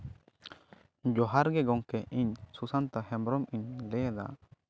ᱡᱚᱦᱟᱨ ᱜᱮ ᱜᱚᱢᱠᱮ ᱤᱧ ᱥᱩᱥᱟᱱᱛᱚ ᱦᱮᱢᱵᱨᱚᱢᱤᱧ ᱞᱟᱹᱭᱮᱫᱟ